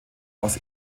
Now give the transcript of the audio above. aus